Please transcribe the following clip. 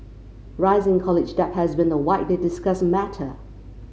rising college debt has been a widely discussed matter